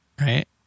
Right